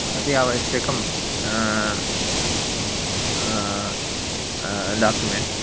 अति आवश्यकं डाक्युमेण्ट्स्